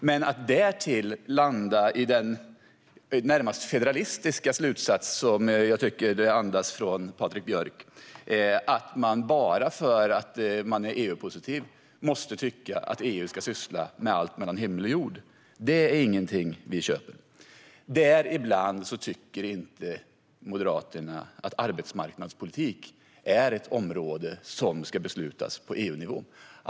Men vi köper inte den närmast federalistiska slutsats som jag tycker att Patrik Björck andas: att man bara för att man är EU-positiv måste tycka att EU ska syssla med allt mellan himmel och jord. Moderaterna tycker inte att arbetsmarknadspolitik är ett område som ska beslutas på EU-nivå.